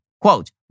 Quote